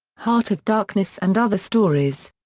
heart of darkness and other stories.